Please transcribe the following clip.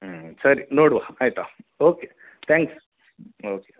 ಹ್ಞೂ ಸರಿ ನೋಡುವ ಆಯ್ತ ಓಕೆ ಥ್ಯಾಂಕ್ಸ್ ಓಕೆ